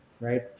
right